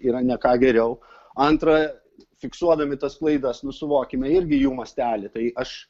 yra ne ką geriau antra fiksuodami tas klaidas nu suvokime irgi jų mastelį tai aš